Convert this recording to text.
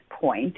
point